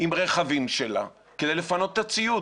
עם רכבים שלה כדי לפנות את הציוד